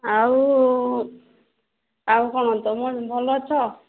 ଆଉ ଆଉ କ'ଣ ତୁମେମାନେ ଭଲ ଅଛ